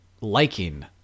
liking